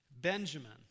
Benjamin